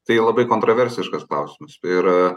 tai labai kontroversiškas klausimas yra